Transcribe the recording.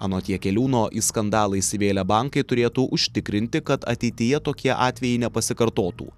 anot jakeliūno į skandalą įsivėlę bankai turėtų užtikrinti kad ateityje tokie atvejai nepasikartotų